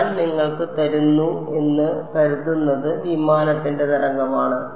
ഞാൻ നിങ്ങൾക്ക് തരുന്നു എന്ന് കരുതുന്നത് വിമാനത്തിന്റെ തരംഗമാണ്